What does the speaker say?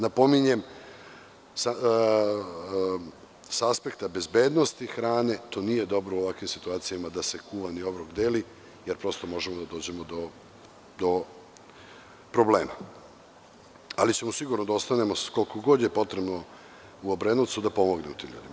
Napominjem, sa aspekta bezbednosti hrane, to nije dobro u ovakvim situacijama da se kuvani obrok deli, jer možemo da dođemo do problema, ali ćemo sigurno da ostanemo koliko god je potrebno u Obrenovcu da pomognemo tim ljudima.